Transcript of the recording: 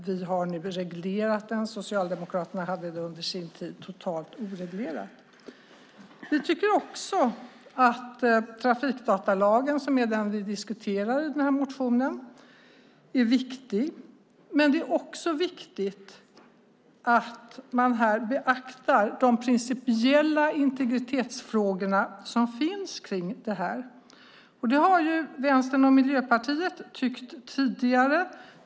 Vi har nu reglerat lagen. Socialdemokraterna hade det totalt oreglerat under sin tid vid makten. Också vi tycker att trafikdatalagen, som diskuteras i den nu aktuella motionen, är viktig. Samtidigt är det viktigt att beakta de principiella integritetsfrågor som finns kring lagen. Det har Vänstern och Miljöpartiet tyckt tidigare.